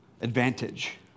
advantage